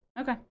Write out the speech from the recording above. Okay